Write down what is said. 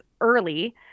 early